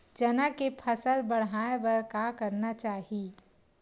चना के फसल बढ़ाय बर का करना चाही?